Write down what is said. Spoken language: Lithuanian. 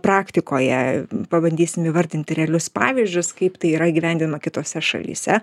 praktikoje pabandysim įvardinti realius pavyzdžius kaip tai yra įgyvendinama kitose šalyse